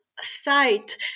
site